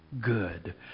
good